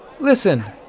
Listen